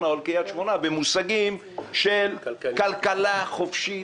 או על קריית שמונה במושגים של כלכלה חופשית.